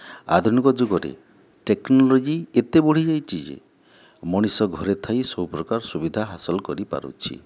ଆଧୁନିକ ଯୁଗରେ ଟେକ୍ନୋଲୋଜି ଏତେ ବଢ଼ିଯାଇଛି ଯେ ମଣିଷ ଘରେ ଥାଇ ସବୁ ପ୍ରକାର ସୁବିଧା ହାସଲ କରିପାରୁଛି